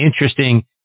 interesting